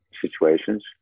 situations